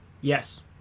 Yes